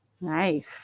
Nice